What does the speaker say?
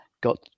got